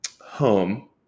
home